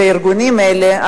שהארגונים האלה,